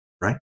right